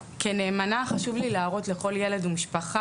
כנאמנה חשוב לי להראות לכל ילד ומשפחה